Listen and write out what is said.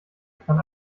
kann